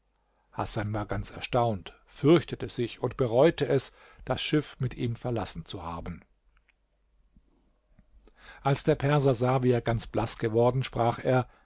hasan war ganz erstaunt fürchtete sich und bereute es das schiff mit ihm verlassen zu haben als der perser sah wie er ganz blaß geworden sprach er